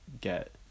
get